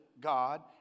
God